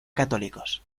católicos